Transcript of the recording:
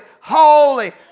holy